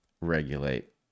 regulate